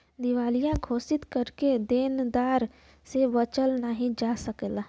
दिवालिया घोषित करके देनदार से बचल नाहीं जा सकला